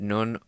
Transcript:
Non